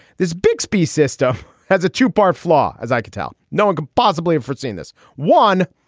this big speech system has a two-part flaw, as i could tell. no one could possibly have foreseen this one.